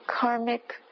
karmic